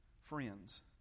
friends